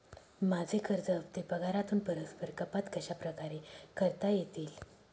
माझे कर्ज हफ्ते पगारातून परस्पर कपात कशाप्रकारे करता येतील?